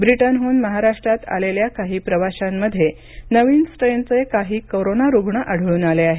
ब्रिटनहून महाराष्ट्रात आलेल्या काही प्रवाशांमध्ये नवीन स्ट्रेनचे काही कोरोना रूण आढळून आले आहेत